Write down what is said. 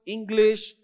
English